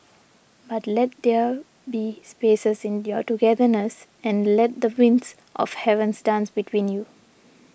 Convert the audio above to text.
but let there be spaces in your togetherness and let the winds of heavens dance between you